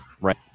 right